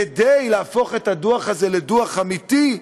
כדי להפוך את הדוח הזה לדוח אמיתי,